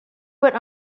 went